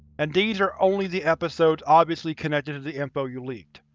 and these are only the episodes obviously connected to the info you leaked.